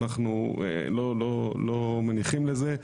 אנחנו לא מניחים לזה,